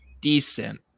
decent